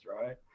right